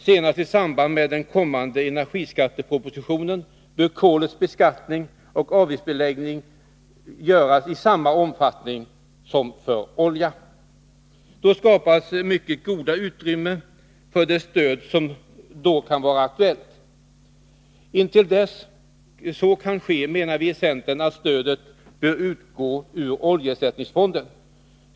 Senast i samband med den kommande energiskattepropositionen bör kolet beskattas och avgiftsbeläggas i samma omfattning som oljan. Då skapas ett mycket gott utrymme för det stöd som då kan vara aktuellt. Intill dess att så kan ske menar vi i centern att stödet bör utgå ur oljeersättningsfonden.